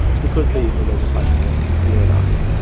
it's because the the legislation wasn't clear enough.